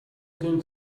again